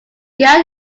gas